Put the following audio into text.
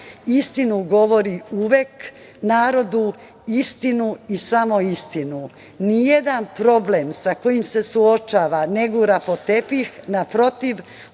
istinu govori uvek narodu, istinu i samo istinu. Ni jedan problem sa kojim se suočava ne gura pod tepih, naprotiv,